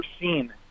seen